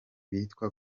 bitwa